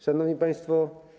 Szanowni Państwo!